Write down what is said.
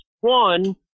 One